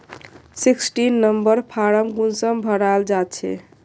Sixteen number form कुंसम भराल जाछे?